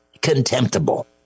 Contemptible